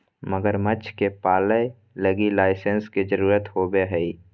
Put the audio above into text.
मगरमच्छ के पालय लगी लाइसेंस के जरुरत होवो हइ